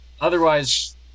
Otherwise